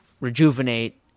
rejuvenate